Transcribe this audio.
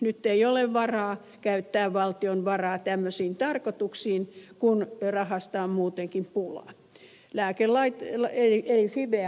nyt ei ole varaa käyttää valtion varaa tämmöisiin tarkoituksiin kun rahasta on muutenkin pula